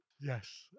Yes